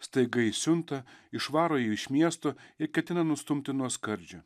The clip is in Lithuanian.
staiga įsiunta išvaro jį iš miesto ir ketina nustumti nuo skardžio